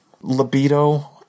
libido-